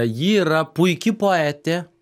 ji yra puiki poetė